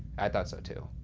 i thought so too.